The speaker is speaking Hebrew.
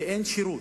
ואין שירות.